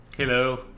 Hello